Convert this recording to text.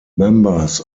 members